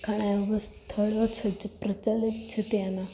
ઘણા એવા સ્થળો છે જે પ્રચલિત છે ત્યાંનાં